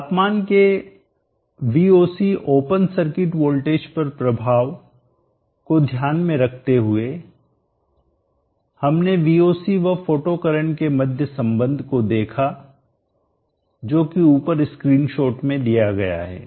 तापमान के VOC open circuit voltage पर प्रभाव को ध्यान में रखते हुए हमने Voc व फोटो करंट के मध्य संबंध को देखा जो कि ऊपर स्क्रीनशॉट में दिया गया है